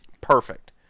perfect